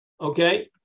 Okay